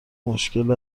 مشکل